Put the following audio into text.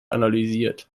analysiert